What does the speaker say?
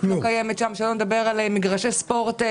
לא קיימת שם שלא לדבר על מגרשי ספורט,